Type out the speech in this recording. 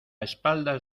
espaldas